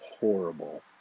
horrible